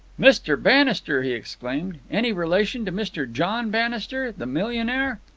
mr. bannister! he exclaimed. any relation to mr. john bannister, the millionaire?